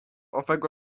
owego